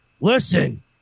listen